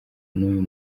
n’uyu